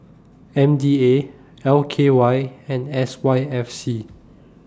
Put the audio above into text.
M D A L K Y and S Y F C